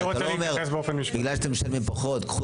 אתה לא אומר בגלל שאתם משלמים פחות קחו